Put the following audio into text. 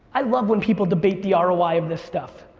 i love when people debate the ah roi of this stuff.